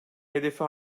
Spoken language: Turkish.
hedefi